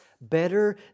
better